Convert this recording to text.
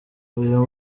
uyu